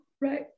Right